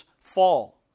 fall